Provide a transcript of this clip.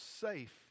safe